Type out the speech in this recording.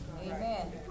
Amen